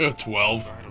Twelve